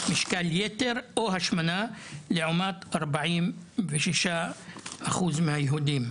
במשקל יתר או השמנה לעומת 46% מהיהודים,